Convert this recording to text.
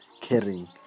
caring